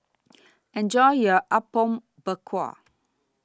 Enjoy your Apom Berkuah